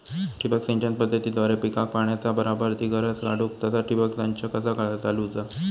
ठिबक सिंचन पद्धतीद्वारे पिकाक पाण्याचा बराबर ती गरज काडूक तसा ठिबक संच कसा चालवुचा?